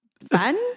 Fun